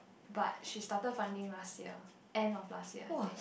but she started finding last year end of last year I think